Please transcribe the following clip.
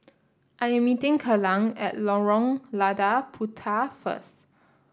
I am meeting Kelan at Lorong Lada Puteh first